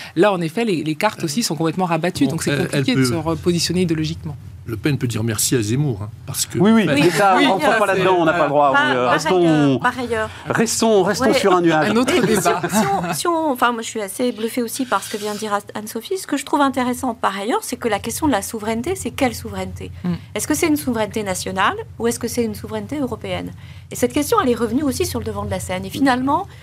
Là, en effet, les- les cartes aussi Euh, sont complètement rabattues, donc, donc c'est elle- compliqué elle peut- de se repositionner idéologiquement. Le Pen peut dire merci à Zemmour, hein, parce que- Oui, oui, Oui. mais ça, Oui, rentrons ça, pas c'est- là-dedans, on n'a pas le droit, Par- euh, par restons- ailleurs, par ailleurs. restons- restons Ouais. sur un nuage. Un autre Et- débat. si- si on- si on- enfin, moi, je suis assez bluffée aussi par ce que vient de dire Anne-Sophie. Ce que je trouve intéressant par ailleurs, c'est que la question de la souveraineté, c'est quelle souveraineté ? Hmm. Est-ce que c'est une souveraineté nationale ou est-ce que c'est une souveraineté européenne ? Et cette question, elle est revenue aussi sur le devant de la scène. Et finalement,